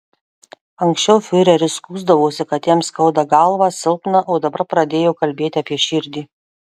anksčiau fiureris skųsdavosi kad jam skauda galvą silpna o dabar pradėjo kalbėti apie širdį